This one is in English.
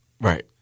Right